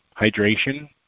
hydration